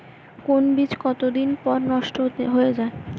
কোন বীজ কতদিন পর নষ্ট হয়ে য়ায়?